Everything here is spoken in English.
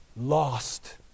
lost